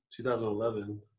2011